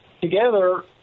together